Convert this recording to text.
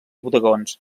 bodegons